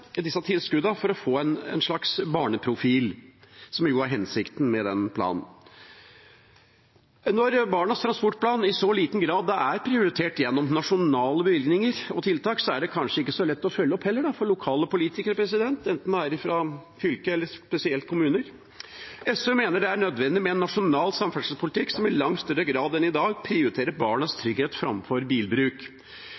disse tilskuddene for å få en slags barneprofil, som jo er hensikten med den planen. Når Barnas transportplan i så liten grad er prioritert gjennom nasjonale bevilgninger og tiltak, er det kanskje heller ikke så lett å følge opp for lokale politikere, enten de er fra fylker eller – spesielt – kommuner. SV mener det er nødvendig med en nasjonal samferdselspolitikk som i langt større grad enn i dag prioriterer barnas